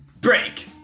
Break